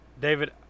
David